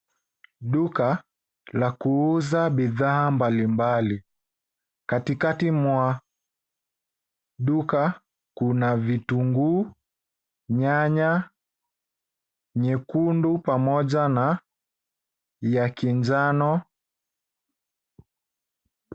Duka la kuuza bidhaa mbali mbali. Katikati mwa duka, kuna vitunguu , nyanya nyekundu pamoja na ya ki njano.